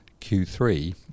Q3